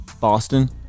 Boston